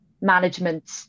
management